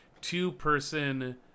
two-person